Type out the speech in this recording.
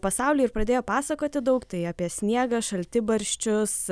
pasaulį ir pradėjo pasakoti daug tai apie sniegą šaltibarščius